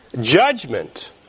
Judgment